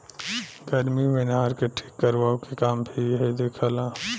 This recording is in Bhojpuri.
गर्मी मे नहर के ठीक करवाए के काम भी इहे देखे ला